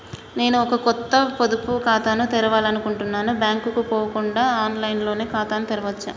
నేను ఒక కొత్త పొదుపు ఖాతాను తెరవాలని అనుకుంటున్నా బ్యాంక్ కు పోకుండా ఆన్ లైన్ లో ఖాతాను తెరవవచ్చా?